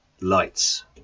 lights